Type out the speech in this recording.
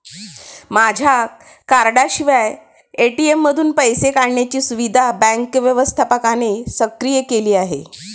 माझ्या कार्डाशिवाय ए.टी.एम मधून पैसे काढण्याची सुविधा बँक व्यवस्थापकाने सक्रिय केली आहे